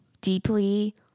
deeply